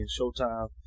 Showtime